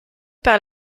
par